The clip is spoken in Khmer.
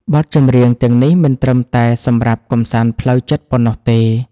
បទចម្រៀងទាំងនេះមិនត្រឹមតែសំរាប់កម្សាន្តផ្លូវចិត្តប៉ុណ្ណោះទេ